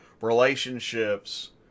relationships